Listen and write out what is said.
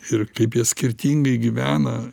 ir kaip jie skirtingai gyvena